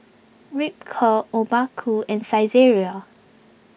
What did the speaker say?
Ripcurl Obaku and Saizeriya